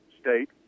State